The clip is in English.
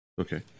Okay